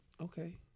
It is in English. Okay